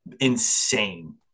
insane